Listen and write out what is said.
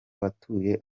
batuye